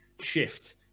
shift